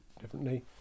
differently